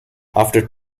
after